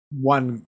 one